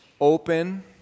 open